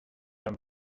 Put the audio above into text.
ein